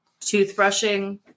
toothbrushing